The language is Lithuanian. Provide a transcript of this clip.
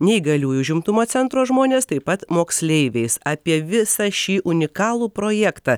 neįgaliųjų užimtumo centro žmonės taip pat moksleiviais apie visą šį unikalų projektą